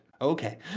Okay